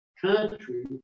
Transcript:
country